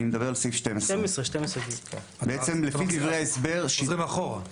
אני מדבר על סעיף 12. אנחנו חוזרים אחורה.